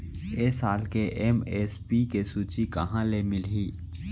ए साल के एम.एस.पी के सूची कहाँ ले मिलही?